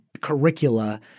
curricula